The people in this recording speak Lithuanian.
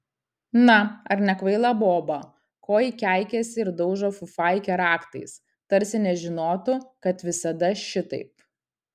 na ar nekvaila boba ko ji keikiasi ir daužo fufaikę raktais tarsi nežinotų kad visada šitaip